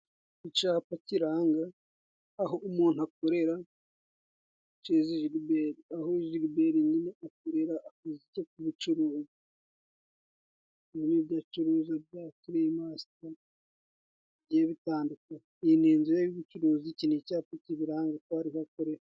Icyapa kiranga aho umuntu akorera Cyeze Jiliberi, aho Jiliberi nyine akorera akazi ke k'ubucuruzi. Harimo ibyo acuruza bya kereyi masita bigiye bitandukanye. Iyi ni inzu ye y'ubucuruzi iki ni icyapa cyibiranga ko ariho akorera.